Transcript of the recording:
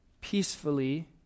peacefully